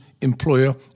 employer